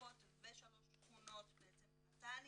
ברחובות ושלוש שכונות בנתניה,